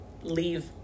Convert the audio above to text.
leave